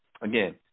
Again